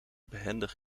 behendig